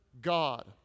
God